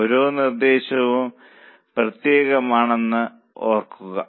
ഓരോ നിർദ്ദേശവും പ്രത്യേകമാണെന്ന് ഓർക്കുക